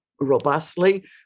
robustly